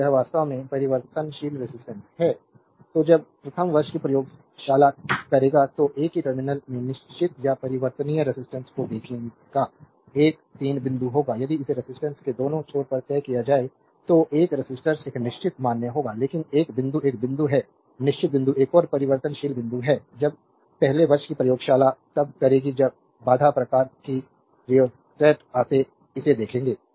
तो यह वास्तव में परिवर्तनशील रेजिस्टेंस है तो जब प्रथम वर्ष की प्रयोगशाला करेगा तो एक ही टर्मिनल में निश्चित या परिवर्तनीय रेजिस्टेंस को देखेगा 1 3 बिंदु होगा यदि इसे रेजिस्टेंस के दोनों छोर पर तय किया जाए तो एक रेसिस्टर्स एक निश्चित मान होगा लेकिन एक बिंदु एक बिंदु है निश्चित बिंदु एक और परिवर्तनशील बिंदु है जब पहले वर्ष की प्रयोगशाला तब करेगी जब बाधा प्रकार के रिओस्तात इसे देखेंगे